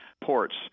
ports